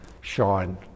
shine